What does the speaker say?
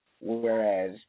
Whereas